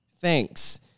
Thanks